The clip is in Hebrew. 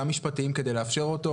גם משפטיים כדי לאפשר אותו?